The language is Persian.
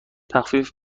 تخفیف